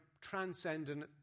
transcendent